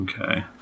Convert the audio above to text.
Okay